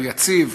היציב,